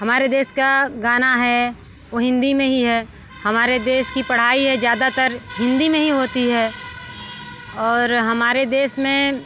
हमारे देश का गाना है वो हिंदी में ही है हमारे देश की पढ़ाई है ज़्यादातर हिंदी में ही होती है और हमारे देश में